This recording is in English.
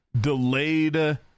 delayed